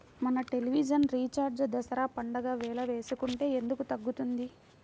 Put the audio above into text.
మన television recharge Dasara పండగ వేళ వేసుకుంటే ఎందుకు తగ్గుతుంది?